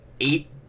Eight